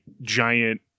giant